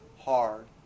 hard